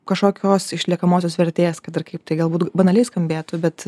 kažkokios išliekamosios vertės kad ir kaip tai galbūt banaliai skambėtų bet